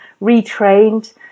retrained